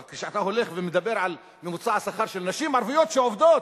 אבל כשאתה הולך ומדבר על ממוצע השכר של נשים ערביות שעובדות,